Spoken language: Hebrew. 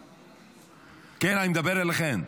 כן, אני מדבר אליכם.